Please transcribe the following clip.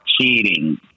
cheating